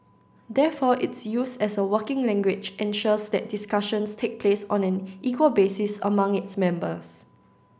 therefore its use as a working language ensures that discussions take place on an equal basis among its members